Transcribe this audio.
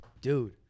Dude